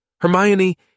Hermione